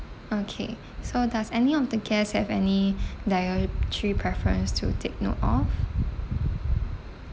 okay so does any of the guests have any dietary preference to take note of